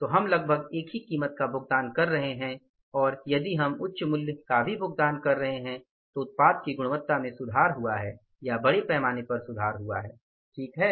तो हम लगभग एक ही कीमत का भुगतान कर रहे हैं और यदि हम उच्च मूल्य का भी भुगतान कर रहे हैं तो उत्पाद की गुणवत्ता में सुधार हुआ है या बड़े पैमाने पर सुधार हुआ है ठीक है